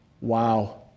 Wow